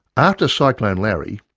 after cyclone larry,